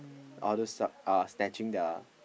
all those are are snatching their